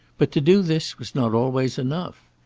but to do this was not always enough.